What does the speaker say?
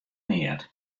neat